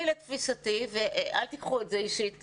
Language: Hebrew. לתפיסתי, ואל תקחו את זה אישית,